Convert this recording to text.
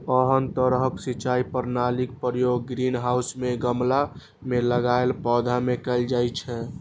एहन तरहक सिंचाई प्रणालीक प्रयोग ग्रीनहाउस मे गमला मे लगाएल पौधा मे कैल जाइ छै